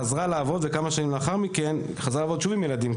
חזרה לעבוד שוב עם ילדים,